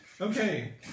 Okay